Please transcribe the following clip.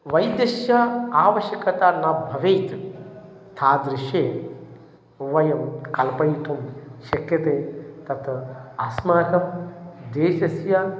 वैद्यस्य आवश्यकता न भवेत् तादृशं वयं कल्पयितुं शक्यते तत् अस्माकं देशस्य